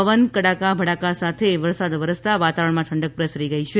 પવન કડાકા ભડાકા સાથે વરસાદ વરસતા વાતાવરણમાં ઠંડક પ્રસરી ગઇ છે